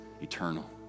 eternal